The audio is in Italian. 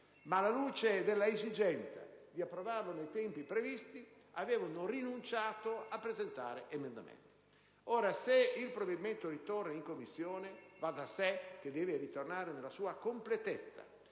ma, alla luce dell'esigenza di approvarlo nei tempi previsti, avevano rinunciato a presentare emendamenti. Ora, se il provvedimento ritorna in Commissione, va da sé che deve ritornare nella sua completezza